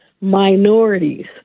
Minorities